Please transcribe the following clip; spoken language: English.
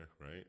right